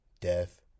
death